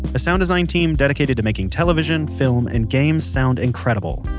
a sound design team dedicated to making television, film and games sound incredible.